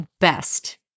best